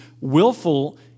willful